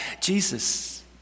Jesus